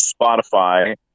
Spotify